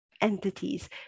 entities